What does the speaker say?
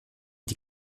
die